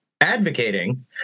advocating